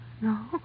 No